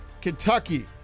Kentucky